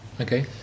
Okay